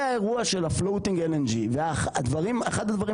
זה האירוע של ה- lng .floating אחד הדברים